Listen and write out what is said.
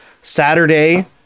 Saturday